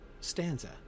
stanza